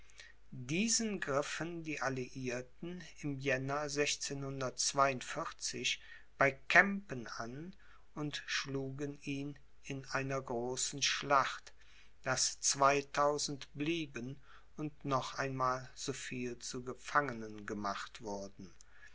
diesen griffen die alliierten im gen bei kempen an und schlugen ihn in einer großen schlacht daß zweitausend blieben und noch einmal so viel zu gefangenen gemacht wurden